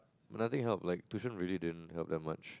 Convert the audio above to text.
nothing help like tuition really didn't help that much